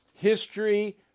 History